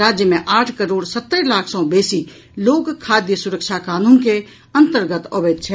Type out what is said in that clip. राज्य मे आठ करोड़ सत्तरि लाख सॅ बेसी लोक खाद्य सुरक्षा कानून के अंतर्गत अबैत छथि